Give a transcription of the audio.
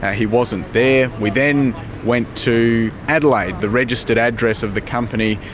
he wasn't there. we then went to adelaide, the registered address of the company,